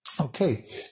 okay